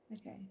Okay